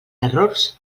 errors